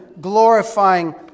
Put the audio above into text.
glorifying